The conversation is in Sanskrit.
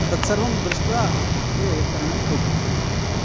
तत् सर्वं दृष्ट्वा ते तरणं कुर्युः